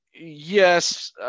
Yes